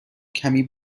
کمی